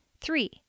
Three